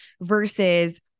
versus